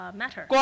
matter